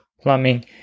plumbing